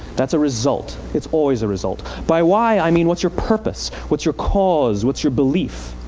that's a result. it's always a result. by why, i mean what's your purpose? what's your cause? what's your belief?